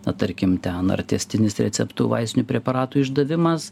na tarkim ten ar tęstinis receptų vaistinių preparatų išdavimas